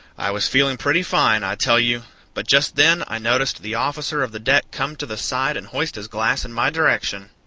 i was feeling pretty fine, i tell you but just then i noticed the officer of the deck come to the side and hoist his glass in my direction.